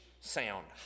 sound